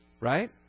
right